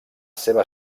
seva